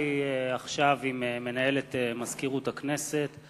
שערכתי עכשיו עם מנהלת מזכירות הכנסת,